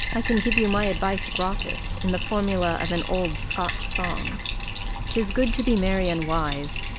i can give you my advice gratis, in the formula of an old scotch song tis good to be merry and wise,